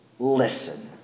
Listen